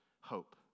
hope